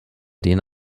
denen